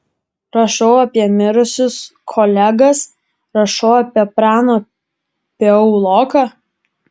rašau apie mirusius kolegas rašau apie praną piauloką